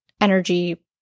energy